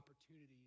opportunities